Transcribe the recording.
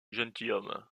gentilhomme